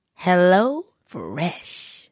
HelloFresh